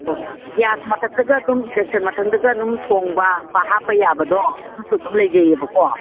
gas ꯃꯊꯛꯇꯒ ꯑꯗꯨꯝ induction ꯃꯊꯛꯇꯒ ꯑꯗꯨꯝ ꯊꯣꯡꯕ ꯍꯥꯞꯄ ꯌꯥꯕꯗꯣ ꯑꯗꯨꯁꯨ ꯑꯗꯨꯝ ꯂꯩꯖꯩꯑꯕꯀꯣ